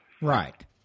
Right